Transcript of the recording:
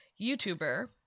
YouTuber